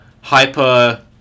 hyper